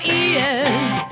ears